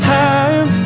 time